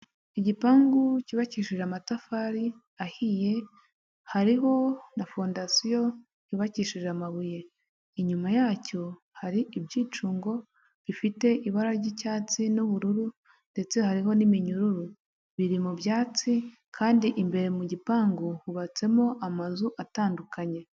Igipangu cyubakishije amatafari ahiye, hariho na fondasiyo yubakishije amabuye, inyuma yacyo hari ibyicungo bifite ibara ry'icyatsi n'ubururu ndetse hariho n'iminyururu biri mu byatsi kandi imbere mu gipangu hubatsemo amazu atandukanye..